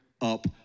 up